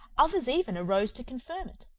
others even arose to confirm it.